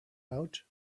out